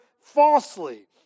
falsely